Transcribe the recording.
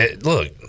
look